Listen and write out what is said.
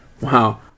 Wow